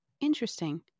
Interesting